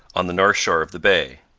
on the north shore of the bay.